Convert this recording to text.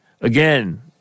again